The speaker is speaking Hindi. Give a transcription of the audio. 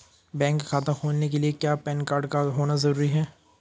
बैंक खाता खोलने के लिए क्या पैन कार्ड का होना ज़रूरी है?